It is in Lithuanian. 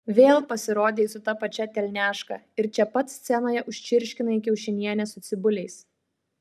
vėl pasirodei su ta pačia telniaška ir čia pat scenoje užčirškinai kiaušinienę su cibuliais